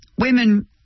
women